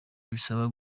bisaba